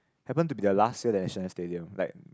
happen to be the last year at National Stadium like